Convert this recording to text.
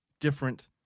different